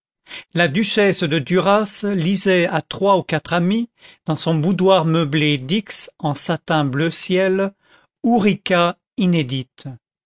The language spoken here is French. la duchesse de duras lisait à trois ou quatre amis dans son boudoir meublé d'x en satin bleu ciel ourika inédite